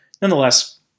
Nonetheless